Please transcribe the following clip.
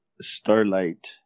Starlight